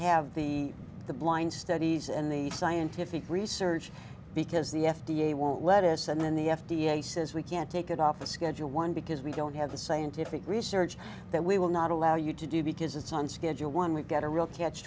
have the the blind studies and the scientific research because the f d a won't let us and then the f d a says we can't take it off a schedule one because we don't have the scientific research that we will not allow you to do because it's on schedule one we get a real catch